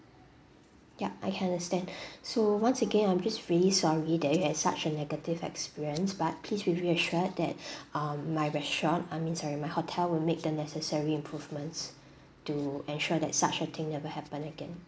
yup I can understand so once again I'm just really sorry that you had such a negative experience but please be reassured that um my restaurant I mean sorry my hotel will make the necessary improvements to ensure that such a thing never happen again